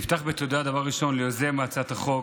דבר ראשון, נפתח בתודה ליוזם הצעת החוק